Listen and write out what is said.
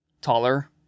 taller